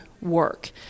work